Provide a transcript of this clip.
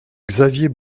xavier